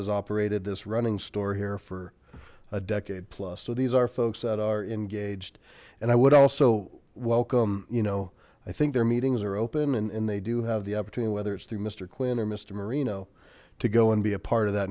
has operated this running store here for a decade plus so these are folks that are engaged and i would also welcome you know i think their meetings are open and they do have the opportunity whether it's through mister quinn or mr marino to go and be a part of that